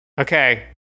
Okay